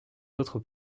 autres